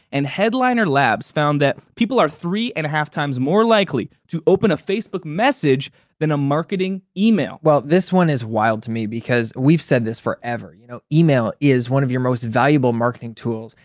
and headliner labs found that people are three and a half times more likely to open a facebook message than a marketing email. well, this one is wild to me, because we've said this forever. you know email is one of your most valuable marketing tools,